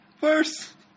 First